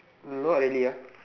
um no really ah